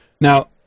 Now